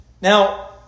Now